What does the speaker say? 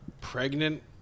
pregnant